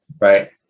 right